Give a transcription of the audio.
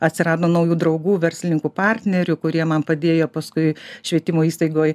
atsirado naujų draugų verslininkų partnerių kurie man padėjo paskui švietimo įstaigoj